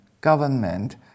government